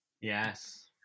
yes